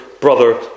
brother